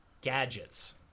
gadgets